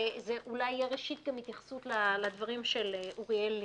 ואולי ראשית גם התייחסות לדברים של אוריאל לין.